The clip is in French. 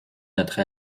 notre